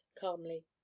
calmly